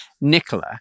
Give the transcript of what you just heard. Nicola